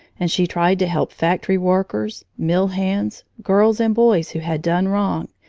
and she tried to help factory workers, mill hands, girls and boys who had done wrong,